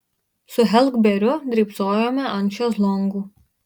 su heklberiu drybsojome ant šezlongų